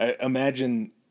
Imagine